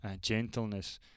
gentleness